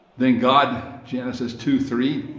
then god genesis two three,